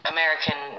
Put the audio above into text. American